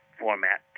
format